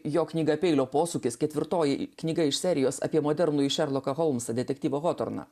jo knyga peilio posūkis ketvirtoji knyga iš serijos apie modernųjį šerloko holmso detektyvo hotorną